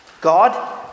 God